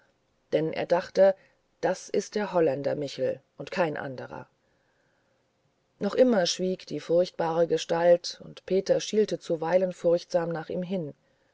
denn er dachte das ist der holländer michel und kein anderer noch immer schwieg die furchtbare gestalt und peter schielte zuweilen furchtsam nach ihm hin